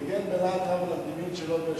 הוא הגן בלהט רב על המדיניות שלו ושלי,